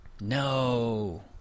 No